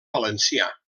valencià